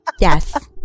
Yes